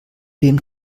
wem